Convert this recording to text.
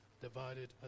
divided